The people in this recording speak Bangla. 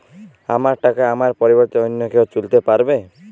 আমার টাকা আমার পরিবর্তে অন্য কেউ তুলতে পারবে?